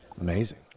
Amazing